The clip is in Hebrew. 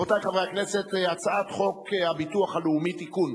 אנחנו עוברים להמשך סדר-היום: הצעת חוק הביטוח הלאומי (תיקון,